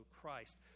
Christ